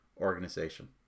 organization